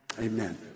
Amen